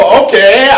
okay